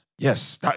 Yes